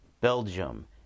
Belgium